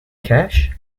cash